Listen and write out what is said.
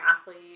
athlete